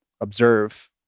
observe